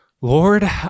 Lord